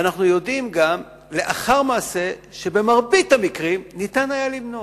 ואנחנו יודעים גם לאחר מעשה שבמרבית המקרים ניתן היה למנוע,